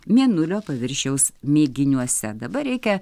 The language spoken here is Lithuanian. mėnulio paviršiaus mėginiuose dabar reikia